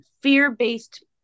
fear-based